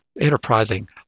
enterprising